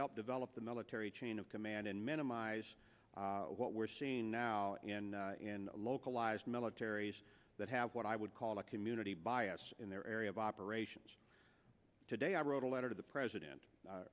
help develop the military chain of command and minimize what we're seeing now in localized militaries that have what i would call a community bias in their area of operations today i wrote a letter to the president